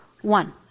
one